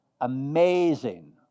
Amazing